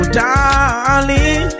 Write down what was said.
darling